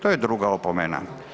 To je druga opomena.